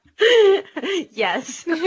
Yes